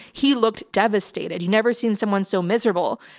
he looked devastated. you never seen someone so miserable.